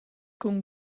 cun